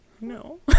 No